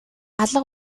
алга